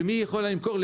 למי היא יכולה למכור?